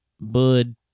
bud